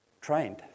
trained